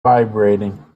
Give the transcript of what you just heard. vibrating